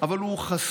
אבל הוא חשוף